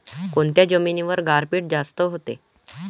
कोनच्या जमिनीवर गारपीट जास्त व्हते?